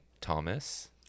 Thomas